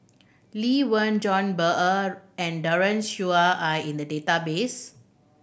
Lee Wen John and Daren Shiau are in the database